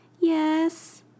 Yes